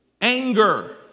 anger